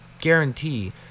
guarantee